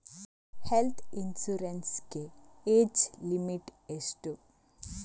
Health insurance ಗೆ age limit ಎಷ್ಟು?